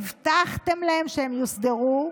הבטחתם להם שהם יוסדרו,